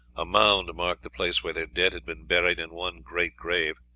a mound marked the place where their dead had been buried in one great grave.